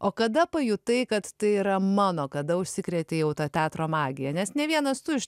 o kada pajutai kad tai yra mano kada užsikrėtė jau ta teatro magija nes ne vienas tu iš